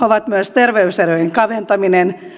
ovat myös terveyserojen kaventaminen